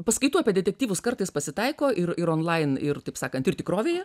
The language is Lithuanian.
paskaitų apie detektyvus kartais pasitaiko ir ir onlain ir taip sakant ir tikrovėje